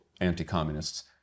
anti-communists